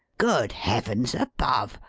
good heavens above!